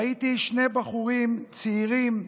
ראיתי שני בחורים צעירים,